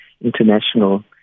international